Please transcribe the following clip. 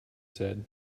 said